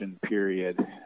period